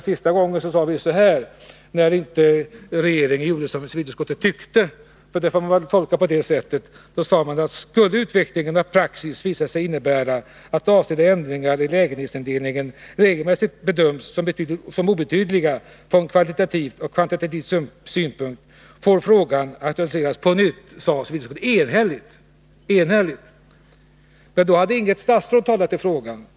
Den senaste gången sade utskottet enhälligt så här, när regeringen inte gjorde såsom civilutskottet ville: ”Skulle utvecklingen av praxis visa sig innebära att avsedda ändringar i lägenhetsindelningen regelmässigt bedöms som obetydliga från kvalitativ och kvantitativ synpunkt får frågan aktualiseras på nytt.” Då hade inget statsråd talat i frågan.